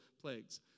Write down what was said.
plagues